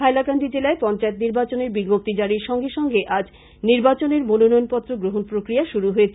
হাইলাকান্দি জেলায় পঞ্চায়েৎ নির্বাচনের বিজ্ঞপ্তি জারির সঙ্গে সঙ্গে আজ নির্বাচনের মনোনয়নপত্র গ্রহণ প্রক্রিয়া শুরু হয়েছে